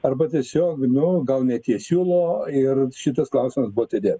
arba tiesiog nu gal ne tie siūlo ir šitas klausimas buvo atidėt